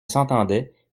s’entendait